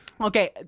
Okay